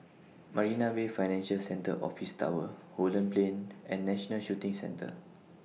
Marina Bay Financial Centre Office Tower Holland Plain and National Shooting Centre